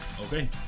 Okay